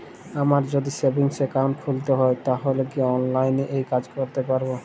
আমায় যদি savings account খুলতে হয় তাহলে কি অনলাইনে এই কাজ করতে পারবো?